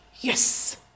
Yes